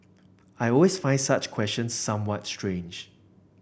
I always find such questions somewhat strange